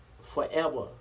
forever